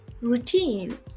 routine